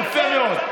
יפה.